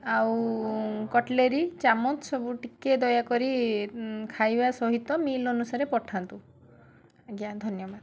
ଆଉ କଟଲେରୀ ଚାମଚ ସବୁ ଟିକେ ଦୟାକରି ଖାଇବା ସହିତ ମିଲ୍ ଅନୁସାରେ ପଠାନ୍ତୁ ଆଜ୍ଞା ଧନ୍ୟବାଦ